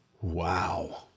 Wow